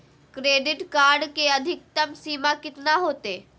Credit card के अधिकतम सीमा कितना होते?